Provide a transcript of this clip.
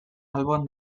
alboan